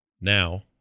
Now